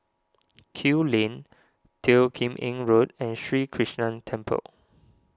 Kew Lane Teo Kim Eng Road and Sri Krishnan Temple